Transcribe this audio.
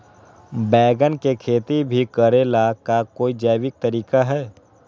बैंगन के खेती भी करे ला का कोई जैविक तरीका है?